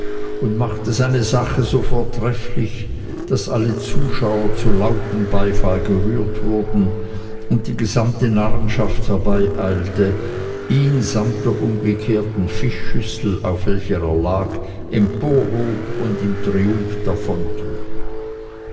und machte seine sache so vortrefflich daß alle zuschauer zu lautem beifall gerührt wurden und die gesamte narrenschaft herbeieilte ihn samt der umgekehrten fischschüssel auf welcher er lag emporhob und im triumph